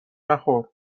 نخور